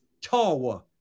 Tawa